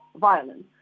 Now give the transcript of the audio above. violence